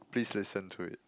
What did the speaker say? please listen to it